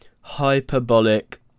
Hyperbolic